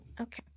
Okay